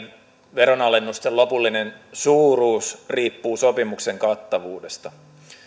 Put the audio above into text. veronalennusten lopullinen suuruus riippuu sopimuksen kattavuudesta